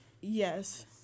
Yes